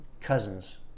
cousins